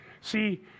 See